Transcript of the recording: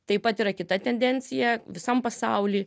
taip pat yra kita tendencija visam pasauliui